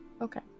Okay